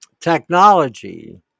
technology